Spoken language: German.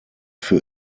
für